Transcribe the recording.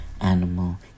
animal